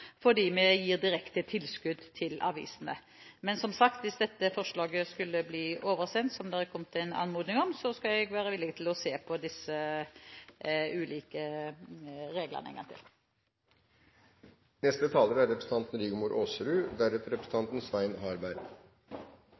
fordi vi gir direkte tilskudd til avisene. Men, som sagt, hvis dette forslaget skulle bli oversendt, som det er kommet en anmodning om, skal jeg være villig til å se på disse ulike reglene en gang til. Debatten går mot slutten, og debatten har vist at det er